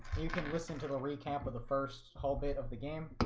you can listen to the recap of the first whole bit of the game.